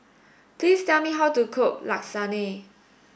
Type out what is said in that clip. please tell me how to cook Lasagne